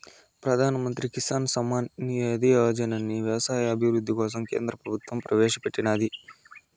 ప్రధాన్ మంత్రి కిసాన్ సమ్మాన్ నిధి యోజనని వ్యవసాయ అభివృద్ధి కోసం కేంద్ర ప్రభుత్వం ప్రవేశాపెట్టినాది